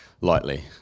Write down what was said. lightly